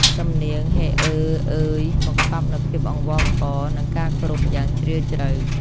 សំនៀង "ហៃអើ... អើយ" បង្កប់នូវភាពអង្វរករ និងការគោរពយ៉ាងជ្រាលជ្រៅ។